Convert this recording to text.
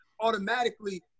automatically